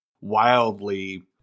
wildly